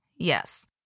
Yes